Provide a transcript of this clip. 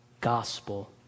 gospel